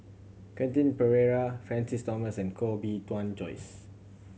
Quentin Pereira Francis Thomas and Koh Bee Tuan Joyce